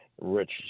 rich